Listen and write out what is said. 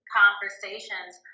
conversations